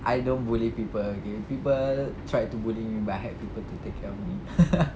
I don't bully people okay people tried to bully me but I had people to take care of me